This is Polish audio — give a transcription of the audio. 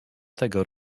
tego